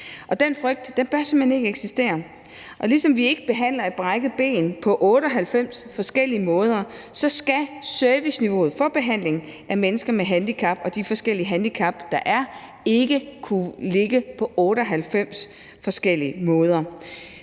simpelt hen ikke eksistere. Og ligesom vi ikke behandler et brækket ben på 98 forskellige måder, skal serviceniveauet for behandling af mennesker med handicap og de forskellige handicap, der er, ikke kunne ligge på 98 forskellige måder.